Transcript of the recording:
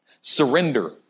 Surrender